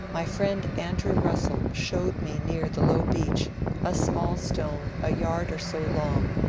my friend an drew russell showed me near the low beach a small stone a yard or so long,